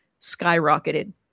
skyrocketed